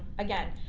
again,